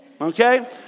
Okay